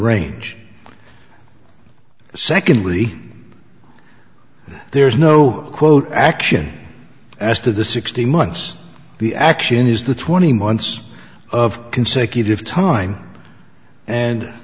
range secondly there's no quote action as to the sixteen months the action is the twenty months of consecutive time and